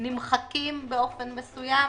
נמחקים באופן מסוים.